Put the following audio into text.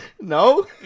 No